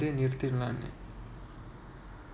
I think நிறுத்திரலாம்னு:niruthiralaamnu